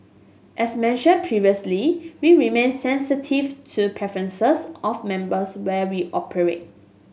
as mentioned previously we remain sensitive to preferences of members where we operate